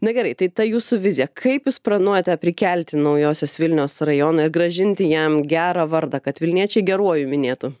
na gerai tai ta jūsų vizija kaip jūs planuojate prikelti naujosios vilnios rajoną ir grąžinti jam gerą vardą kad vilniečiai geruoju minėtų